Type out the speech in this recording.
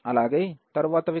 అలాగే తరువాతవి కూడా